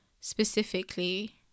specifically